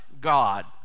God